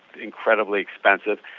incredibly expensive,